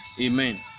amen